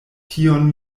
tion